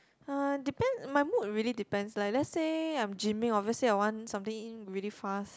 uh depends my mood really depends lah let say I am gymming obviously I want something really fast